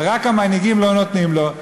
ורק המנהיגים לא נותנים לו.